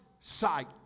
sight